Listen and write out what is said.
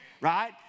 right